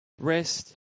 Rest